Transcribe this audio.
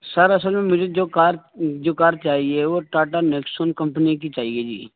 سر اصل میں مجھے جو کار جو کار چاہیے وہ ٹاٹا نیکسون کمپنی کی چاہیے جی